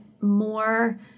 more